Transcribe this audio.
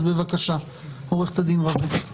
אז בבקשה, עורכת הדין רווה.